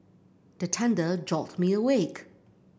the thunder jolt me awake